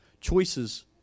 choices